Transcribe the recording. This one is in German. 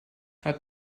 hat